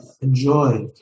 enjoy